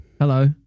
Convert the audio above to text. Hello